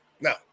Now